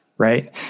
right